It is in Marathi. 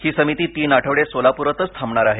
ही समिती तीन आठवडे सोलाप्रातच थांबणार आहे